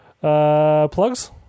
plugs